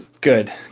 good